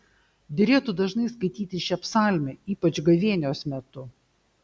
derėtų dažnai skaityti šią psalmę ypač gavėnios metu